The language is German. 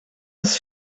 ist